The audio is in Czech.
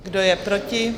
Kdo je proti?